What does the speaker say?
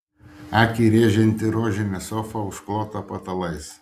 akį rėžianti rožinė sofa užklota patalais